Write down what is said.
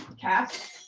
cats!